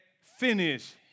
finish